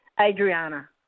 Adriana